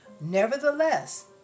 Nevertheless